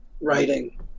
writing